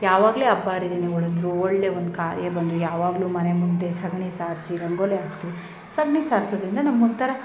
ಯಾವಾಗಲೇ ಹಬ್ಬ ಹರಿದಿನಗುಳ್ ಅಂದರು ಒಳ್ಳೆ ಒಂದು ಕಾರ್ಯ ಬಂದರು ಯಾವಾಗಲು ಮನೆ ಮುಂದೆ ಸಗಣಿ ಸಾರಿಸಿ ರಂಗೋಲಿ ಹಾಕಿ ಸಗಣಿ ಸಾರಿಸೋದ್ರಿಂದ ನಮ್ಗೆ ಒಂಥರ